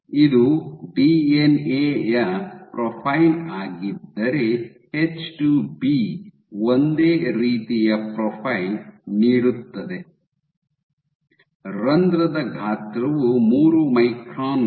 ಇದು ಡಿಎನ್ಎ ಯ ಪ್ರೊಫೈಲ್ ಆಗಿದ್ದರೆ ಎಚ್2ಬಿ ಒಂದೇ ರೀತಿಯ ಪ್ರೊಫೈಲ್ ನೀಡುತ್ತದೆ ರಂಧ್ರದ ಗಾತ್ರವು ಮೂರು ಮೈಕ್ರಾನ್ ಗಳು